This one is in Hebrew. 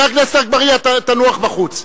חבר הכנסת אגבאריה, תנוח בחוץ.